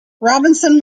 robinson